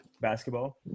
basketball